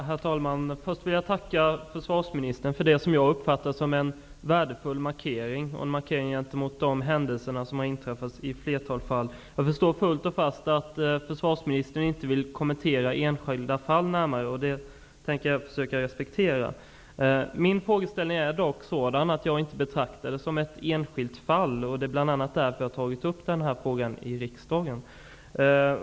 Herr talman! Först vill jag tacka försvarsministern för det som jag uppfattar som en värdefull markering mot de händelser som har inträffat i ett flertal fall. Jag förstår fullt och fast att försvarsministern inte vill kommentera enskilda fall närmare. Jag tänker försöka respektera det. Jag betraktar dock inte detta som ett enskilt fall. Det är bl.a. därför som jag har tagit upp den här frågan i riksdagen.